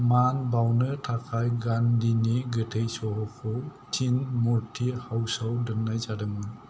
मान बावनो थाखाय गान्धीनि गोथै सह'खौ तीन मूर्ति हाउसआव दोन्नाय जादोंमोन